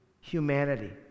humanity